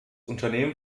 unternehmen